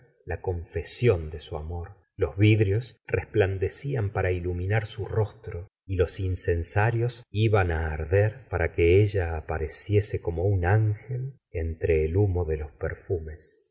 la confesión de su amor los vidrios resplandecían para iluminar su rostro y los incensarios iban á arder par t que ella apareciese como un ángel entre el humo de los perfumes